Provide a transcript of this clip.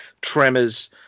tremors